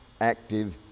active